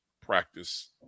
practice